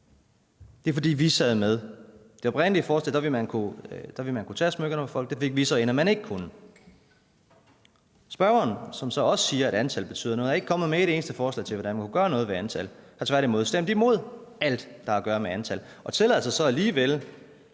Det er, fordi vi sad med. Med det oprindelige forslag ville man kunne tage smykkerne fra folk. Der fik vi så ind, at man ikke kunne gøre det. Spørgeren, som også siger, at antallet betyder noget, er ikke kommet med et eneste forslag til, hvordan man kunne gøre noget ved antallet, men har tværtimod stemt imod alt, der har at gøre med antal, og tillader sig så alligevel